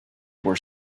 were